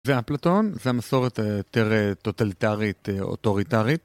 זה אפלטון, זה המסורת היא יותר טוטליטארית או טוריטארית.